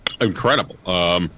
incredible